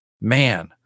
man